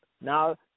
now